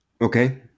Okay